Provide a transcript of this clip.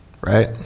right